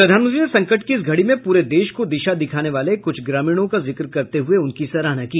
प्रधानमंत्री ने संकट की इस घड़ी में पूरे देश को दिशा दिखाने वाले कुछ ग्रामीणों का जिक्र करते हुए उनकी सराहना की